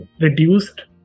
reduced